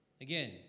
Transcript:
Again